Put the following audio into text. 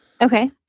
Okay